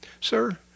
Sir